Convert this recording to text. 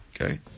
Okay